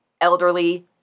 elderly